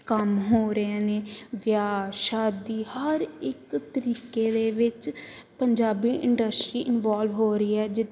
ਕੰਮ ਹੋ ਰਹੇ ਨੇ ਵਿਆਹ ਸ਼ਾਦੀ ਹਰ ਇੱਕ ਤਰੀਕੇ ਦੇ ਵਿੱਚ ਪੰਜਾਬੀ ਇੰਡਸਟਰੀ ਇੰਨਵੋਲਵ ਹੋ ਰਹੀ ਹੈ